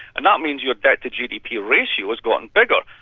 and that means your debt to gdp ratio has gotten bigger.